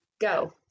go